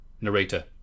narrator